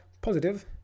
positive